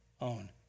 own